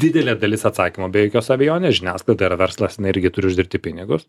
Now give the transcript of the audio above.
didelė dalis atsakymo be jokios abejonės žiniasklaida yra verslas jinai irgi turi uždirbti pinigus